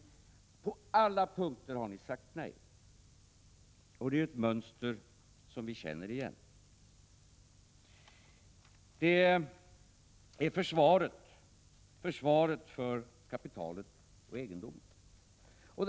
Det är ett mönster som vi känner igen. Det är försvaret för kapitalet, för egendomen.